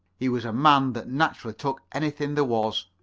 he was a man that naturally took anything there was.